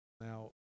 Now